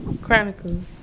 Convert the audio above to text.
Chronicles